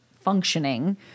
functioning